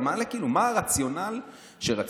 אתה מעלה מה הרציונל שרצית.